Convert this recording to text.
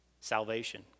salvation